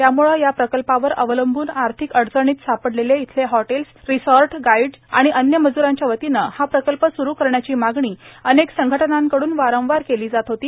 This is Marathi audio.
त्यामुळे या प्रकल्पावर अवलंबून आर्थिक अडचणीत सापडलेले इथले हॉटेल्स रिसॉर्ट गाईड आणि अन्य मजूरांच्या वतीने हा प्रकल्प सुरू करण्याची मागणी अनेक संघटनांकडून वारंवार केली जात होती